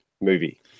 movie